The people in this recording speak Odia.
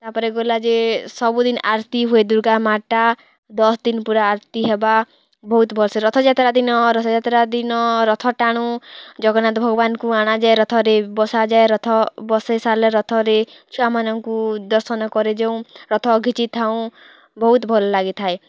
ତା'ପରେ ଗଲା ଯେ ସବୁଦିନ୍ ଆରତୀ ହୁଏ ଦୁର୍ଗା ମାଆର୍ ଟା ଦଶ୍ ଦିନ୍ ପୂରା ଆରତୀ ହେବା ବହୁତ୍ ଭଲ୍ ରଥଯାତ୍ରା ଦିନ ରଥଯାତ୍ରା ଦିନ ରଥ ଟାଣୁ ଜଗନ୍ନାଥ ଭଗବାନକୁଁ ଆଣାଯାଏ ରଥରେ ବସାଯାଏ ରଥ ବସେଇ ସାରଲେ ରଥରେ ଛୁଆମାନଙ୍କୁ ଦର୍ଶନ କରେ ଯେଉଁ ରଥ ଘିଚିଥାଉଁ ବହୁତ୍ ଭଲ ଲାଗିଥାଏ